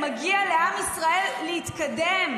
שיגיע לעסקת טיעון,